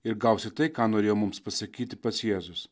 ir gausi tai ką norėjo mums pasakyti pats jėzus